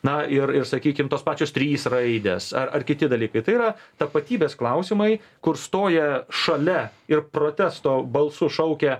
na ir ir sakykim tos pačios trys raidės ar ar kiti dalykai tai yra tapatybės klausimai kur stoja šalia ir protesto balsu šaukia